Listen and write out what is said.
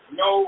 no